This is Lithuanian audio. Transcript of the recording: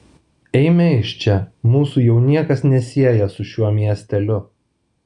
eime iš čia mūsų jau niekas nesieja su šiuo miesteliu